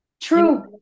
True